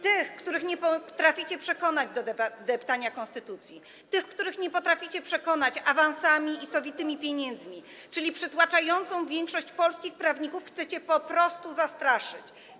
Tych, których nie potraficie przekonać do deptania konstytucji, tych, których nie potraficie przekonać awansami i sowitymi pieniędzmi, czyli przytłaczającą większość polskich prawników, chcecie po prostu zastraszyć.